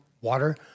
water